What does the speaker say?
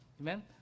Amen